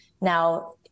now